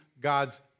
God's